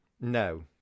No